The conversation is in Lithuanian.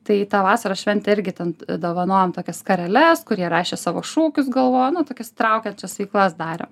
tai tą vasaros šventė irgi ten dovanojom tokias skareles kur jie rašė savo šūkius galvojo nu tokias įtraukiančias veiklas darėm